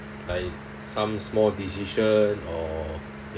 like some small decision or